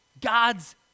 God's